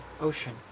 ocean